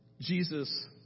Jesus